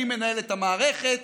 אני מנהל את המערכת.